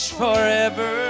forever